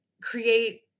create